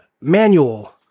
manual